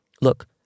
look